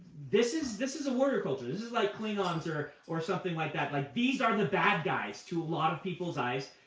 this is this is a warrior culture. this is like klingons, or or something like that. like these are the bad guys to a lot of people's eyes.